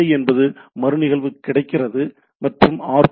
ஏ என்பது மறுநிகழ்வு கிடைக்கிறது மற்றும் ஆர்